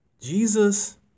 Jesus